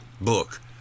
book